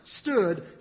stood